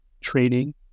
training